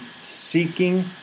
seeking